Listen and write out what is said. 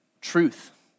truth